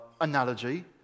analogy